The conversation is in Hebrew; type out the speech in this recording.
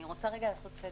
אני רוצה לעשות סדר: